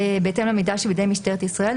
-- "בהתאם למידע שבידי משטרת ישראל".